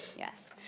yes.